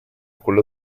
quello